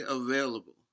available